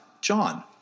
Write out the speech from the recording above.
John